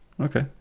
Okay